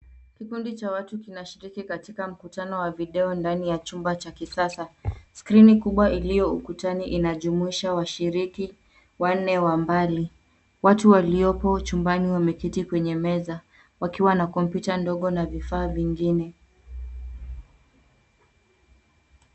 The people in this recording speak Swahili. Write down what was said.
Kikundi cha watu kinashiriki katika mkutano wa video ndani ya chumba cha kisasa. Skrini kubwa iliyo ukutani inajumuisha washiriki wanne wa mbali. Watu waliopo chumbani wameketi kwenye meza wakiwa na kompyuta ndogo na vifaa vingine.